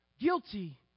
Guilty